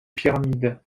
pyramides